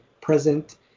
present